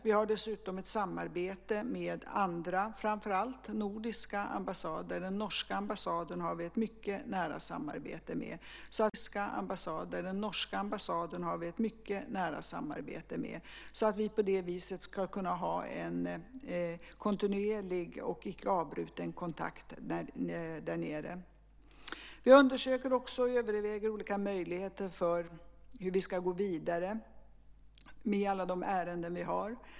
Vi har dessutom ett samarbete med andra, framför allt nordiska, ambassader - den norska ambassaden har vi ett mycket nära samarbete med - så att vi på det viset ska kunna ha en kontinuerlig och icke avbruten kontakt där nere. Vi undersöker och överväger också olika möjligheter för hur vi ska gå vidare med alla de ärenden vi har.